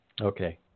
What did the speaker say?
Okay